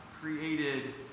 created